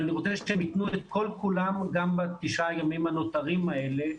ואני רוצה שהם יתנו את כל כולם גם בתשעת הימים הנותרים האלה.